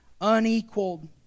unequaled